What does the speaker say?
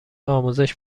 آموزش